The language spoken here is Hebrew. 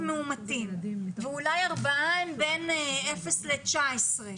מאומתים ואולי ארבעה הם בגיל אפס עד 19,